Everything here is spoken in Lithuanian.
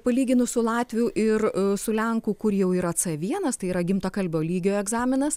palyginus su latvių ir su lenkų kur jau yra vienas tai yra gimtakalbio lygio egzaminas